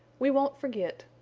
we won't forget.